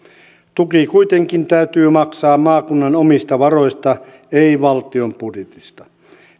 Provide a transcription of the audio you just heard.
tuki kuitenkin täytyy maksaa maakunnan omista varoista ei valtion budjetista